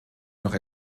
noch